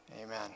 amen